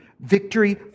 Victory